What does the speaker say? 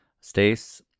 Stace